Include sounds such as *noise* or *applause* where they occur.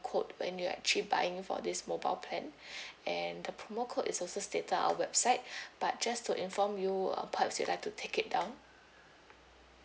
code when you're actually buying for this mobile plan *breath* and the promo code is also stated our website *breath* but just to inform you ah perhaps you'll like to take it down